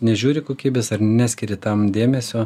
nežiūri kokybės ar neskiri tam dėmesio